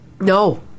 no